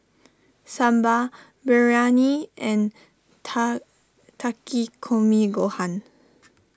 Sambar Biryani and Takikomi Gohan